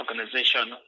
Organization